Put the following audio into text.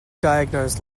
diagnosed